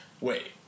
wait